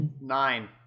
Nine